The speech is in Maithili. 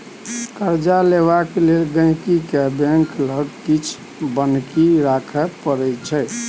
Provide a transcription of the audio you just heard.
कर्जा लेबाक लेल गांहिकी केँ बैंक लग किछ बन्हकी राखय परै छै